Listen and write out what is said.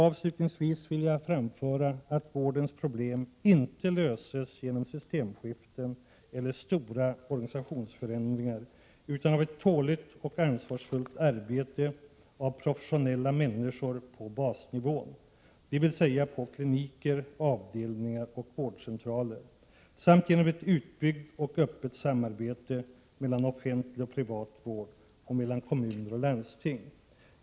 Avslutningsvis vill jag framföra att vårdens problem inte löses genom systemskiften eller stora organisationsförändringar utan genom ett tålmodigt och ansvarsfullt arbete utfört av professionella människor på basnivå — dvs. på kliniker, avdelningar och vårdcentraler — samt genom ett utbyggt och öppet samarbete dels mellan offentlig och privat vård, dels mellan kommuner och landsting.